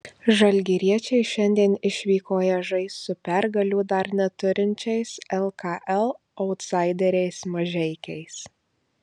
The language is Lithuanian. žalgiriečiai šiandien išvykoje žais su pergalių dar neturinčiais lkl autsaideriais mažeikiais